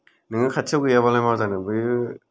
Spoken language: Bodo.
नोङो खाथियाव गैयाबालाय मा जानो बैयो